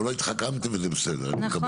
אבל לא התחכמתם וזה בסדר, מקבל.